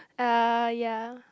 ah ya